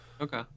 Okay